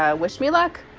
ah wish me luck.